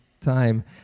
time